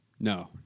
No